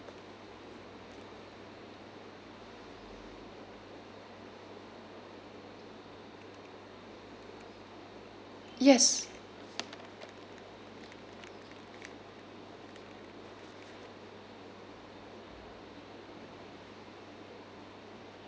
yes